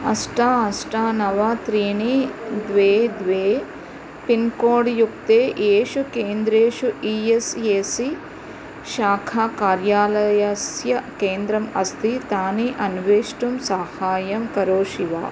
अष्ट अष्ट नव त्रीणि द्वे द्वे पिन्कोड् युक्ते येषु केन्द्रेषु ई एस् ए सी शाखाकार्यालयस्य केन्द्रम् अस्ति तानि अन्वेष्टुं साहाय्यं करोषि वा